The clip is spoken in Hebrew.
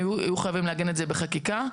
והיו חייבים לעגן את זה בחקיקה,